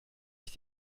ich